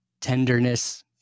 tenderness